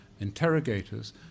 interrogators